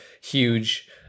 huge